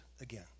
again